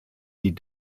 die